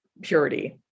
purity